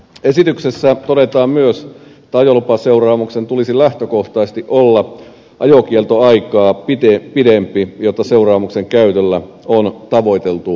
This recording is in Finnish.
esityksessä todetaan myös että ajolupaseuraamuksen tulisi lähtökohtaisesti olla ajokieltoaikaa pidempi jotta seuraamuksen käytöllä on tavoiteltu vaikuttavuus